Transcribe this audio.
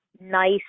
nice